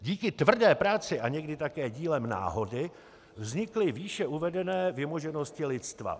Díky tvrdé práci a někdy také dílem náhody vznikly výše uvedené vymoženosti lidstva.